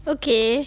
okay